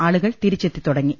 ആളു കൾ തിരിച്ചെത്തിത്തുടങ്ങി